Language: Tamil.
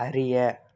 அறிய